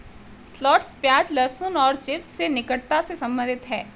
shallots प्याज, लहसुन और चिव्स से निकटता से संबंधित है